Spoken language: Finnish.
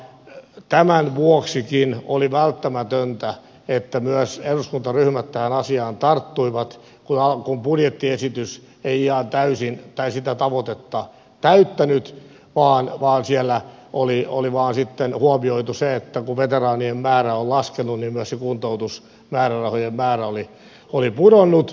tämän vuoksikin oli välttämätöntä että myös eduskuntaryhmät tähän asiaan tarttuivat kun budjettiesitys ei sitä tavoitetta täyttänyt vaan siellä oli vaan sitten huomioitu se että kun veteraanien määrä on laskenut niin myös se kuntoutusmäärärahojen määrä oli pudonnut